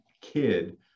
kid